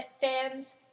fans